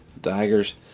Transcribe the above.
daggers